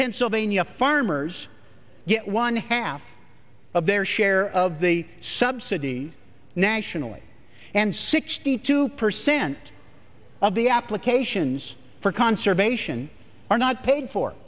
pennsylvania farmers get one half of their share of the subsidy and nationally and sixty two percent of the applications for conservation are not paid for